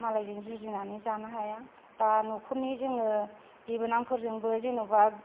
मालायजों जुजिनानै जानो हाया बा न'खरनि जोङो बिबोनांफोरजोंबो जेनेबा